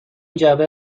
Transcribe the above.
جعبه